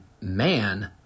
man